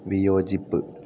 വിയോജിപ്പ്